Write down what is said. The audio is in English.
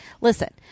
Listen